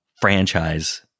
franchise